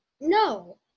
No